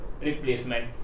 replacement